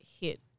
hit